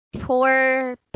Poor